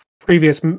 previous